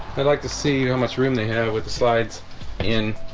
i'd like to see much room they had with the slides in